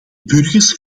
burgers